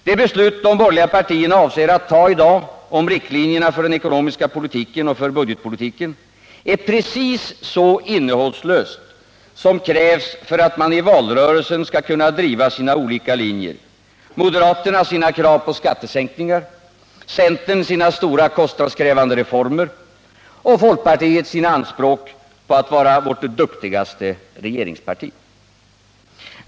Det beslut de borgerliga partierna avser att fatta om riktlinjerna för den ekonomiska politiken och för budgetpolitiken är precis så innehållslöst som krävs för att man i valrörelsen skall kunna driva sina olika linjer — moderaterna sina krav på skattesänkningar, centern sina stora kostnadskrävande reformer och folkpartiet sina anspråk på att vara vårt duktigaste regeringsparti.